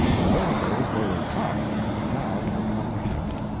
in the old days they were tough, but now they come handy.